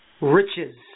riches